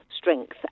strength